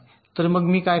तर मग मी काय करावे